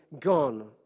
gone